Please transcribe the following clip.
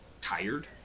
tired